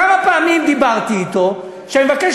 כמה פעמים דיברתי אתו על כך שאני מבקש